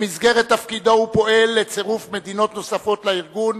במסגרת תפקידו הוא פועל לצירוף מדינות נוספות לארגון,